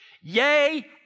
Yay